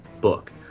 book